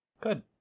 Good